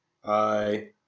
Hi